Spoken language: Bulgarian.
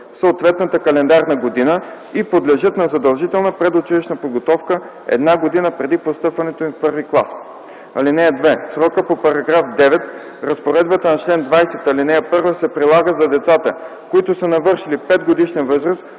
в съответната календарна година и подлежат на задължителна предучилищна подготовка една година преди постъпването им в първи клас. (2) В срокът по § 9 разпоредбата на чл. 20, ал. 1 се прилага за децата, които са навършили 5-годишна възраст